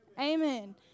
Amen